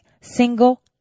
single